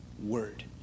word